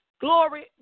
Glory